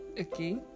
okay